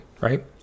right